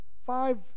five